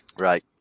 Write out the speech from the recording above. Right